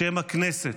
בשם הכנסת,